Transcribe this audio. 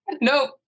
Nope